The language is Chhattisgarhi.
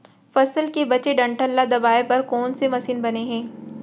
फसल के बचे डंठल ल दबाये बर कोन से मशीन बने हे?